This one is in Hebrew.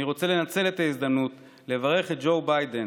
אני רוצה לנצל את ההזדמנות לברך את ג'ו ביידן.